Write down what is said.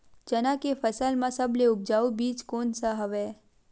चना के फसल म सबले उपजाऊ बीज कोन स हवय?